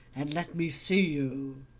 and let me see you.